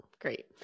Great